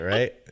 Right